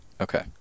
okay